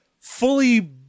fully